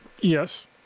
Yes